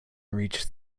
reach